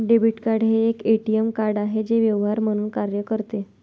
debit card हे एक ATM card आहे जे व्यवहार म्हणून कार्य करते